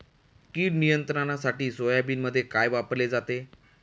कीड नियंत्रणासाठी सोयाबीनमध्ये काय वापरले जाते?